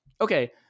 okay